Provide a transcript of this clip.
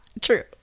True